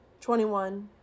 21